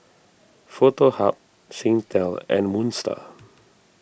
Foto Hub Singtel and Moon Star